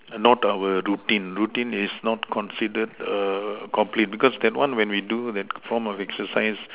not our routine routine is not considered err complete because that one when we do that form of exercise